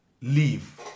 leave